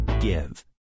give